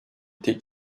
tek